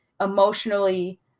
emotionally